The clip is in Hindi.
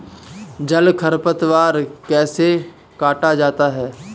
जल खरपतवार कैसे काटा जाता है?